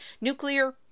Nuclear